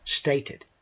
stated